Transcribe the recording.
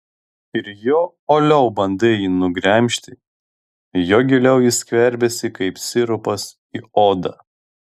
ir juo uoliau bandai jį nugremžti juo giliau jis skverbiasi kaip sirupas į odą